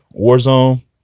Warzone